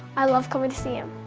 i love going to see him.